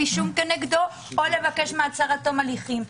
אישום כנגדו או לבקש מעצר עד תום ההליכים.